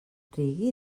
reggae